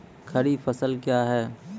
खरीफ फसल क्या हैं?